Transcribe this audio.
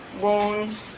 wounds